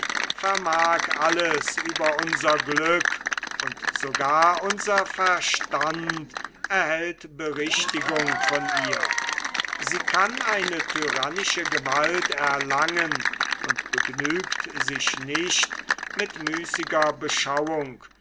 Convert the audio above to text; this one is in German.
vermag alles über unser glück und sogar unser verstand erhält berichtigung von ihr sie kann eine tyrannische gewalt erlangen und begnügt sich nicht mit müßiger beschauung